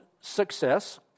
success